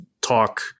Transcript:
talk